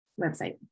website